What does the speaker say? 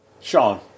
Sean